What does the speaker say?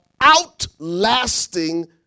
outlasting